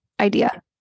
Idea